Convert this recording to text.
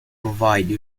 provide